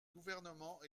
gouvernement